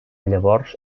llavors